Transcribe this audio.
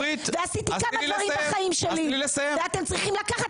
עשיתי כמה דברים בחיים שלי ואתם צריכים לקחת